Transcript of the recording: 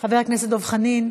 חבר הכנסת דב חנין.